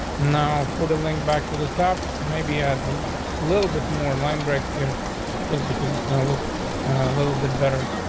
now for the link back to the top, maybe a little bit more line breaks here just because it's gonna look a little bit better.